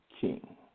king